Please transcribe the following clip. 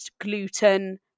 gluten